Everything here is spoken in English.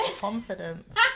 confidence